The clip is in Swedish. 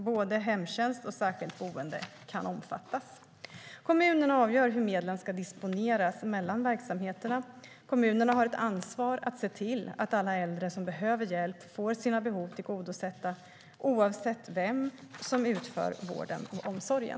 Både hemtjänst och särskilt boende kan omfattas. Kommunen avgör hur medlen ska disponeras mellan verksamheterna. Kommunerna har ett ansvar för att se till att alla äldre som behöver hjälp får sina behov tillgodosedda, oavsett vem som utför vården och omsorgen.